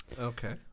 Okay